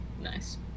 nice